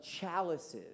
chalices